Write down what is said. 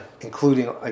Including